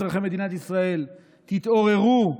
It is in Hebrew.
אזרחי מדינת ישראל: תתעוררו,